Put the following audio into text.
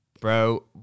bro